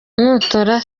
nutora